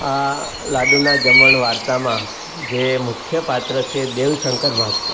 આ લાડુનાં જમણ વાર્તામાં જે મુખ્ય પાત્ર છે દેવશંકર માસ્તર